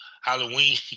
Halloween